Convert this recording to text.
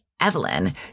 Evelyn